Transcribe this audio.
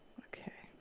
ok.